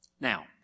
Now